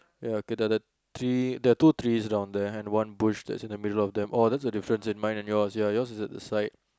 ya okay the the tree the two trees down there and one bush in the middle of them oh that's the difference in mine and yours ya yours is at the side